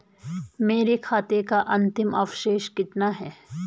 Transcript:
मेरे खाते का अंतिम अवशेष कितना है?